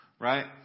right